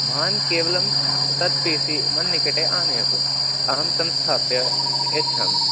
भवान् केवलं तत् पी सि मन्निकटे आनयतु अहं संस्थाप्य यच्छामि